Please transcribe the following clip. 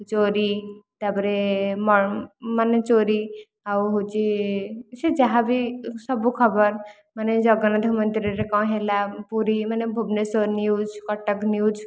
ଚୋରୀ ତା'ପରେ ମାନେ ଚୋରୀ ଆଉ ହେଉଛି ସେ ଯାହା ବି ସବୁ ଖବର ମାନେ ଜଗନ୍ନାଥ ମନ୍ଦିରରେ କ'ଣ ହେଲା ପୁରୀ ମାନେ ଭୁବନେଶ୍ଵର ନ୍ୟୁଜ କଟକ ନ୍ୟୁଜ